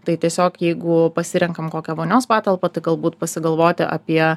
tai tiesiog jeigu pasirenkam kokią vonios patalpą tai galbūt pasigalvoti apie